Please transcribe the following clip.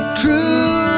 true